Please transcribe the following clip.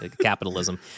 capitalism